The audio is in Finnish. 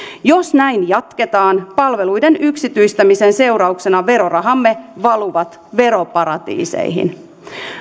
jos näin jatketaan palveluiden yksityistämisen seurauksena verorahamme valuvat veroparatiiseihin